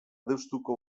deustuko